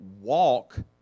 walk